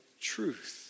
truth